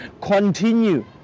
continue